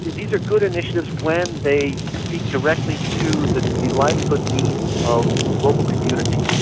these are good initiatives when they speak directly to the the livelihood needs of local communities.